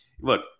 Look